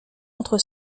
contre